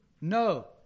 No